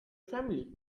family